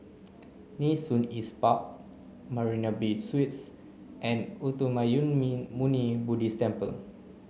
Nee Soon East Park Marina Bay Suites and Uttamayanmuni Buddhist Temple